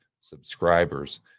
subscribers